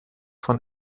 von